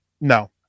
No